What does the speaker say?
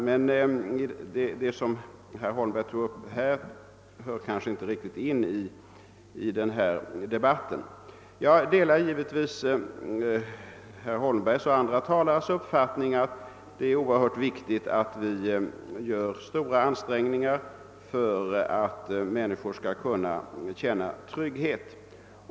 Men det som herr Holmberg tog upp hör kanske ändå inte riktigt ihop med denna debatt. Jag delar givetvis herr Holmbergs och andra talares uppfattning att det är oerhört viktigt att vi gör stora ansträngningar för att människor skall kunna känna trygghet.